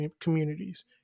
communities